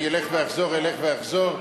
אני אלך ואחזור, אלך ואחזור?